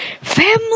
family